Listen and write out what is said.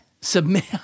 Submit